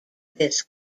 this